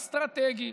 אסטרטגי.